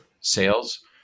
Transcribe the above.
sales